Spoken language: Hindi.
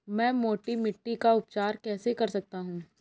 मैं मोटी मिट्टी का उपचार कैसे कर सकता हूँ?